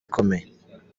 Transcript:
ikomeye